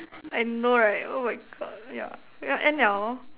I know right oh my God yeah yeah end Liao lor